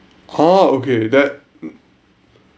ah okay that